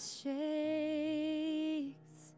shakes